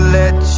let